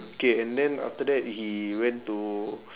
okay and then after that he went to